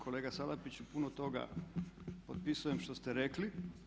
Kolega Salapiću puno toga potpisujem što ste rekli.